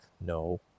No